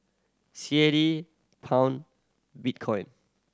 C A D Pound Bitcoin